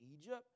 Egypt